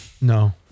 No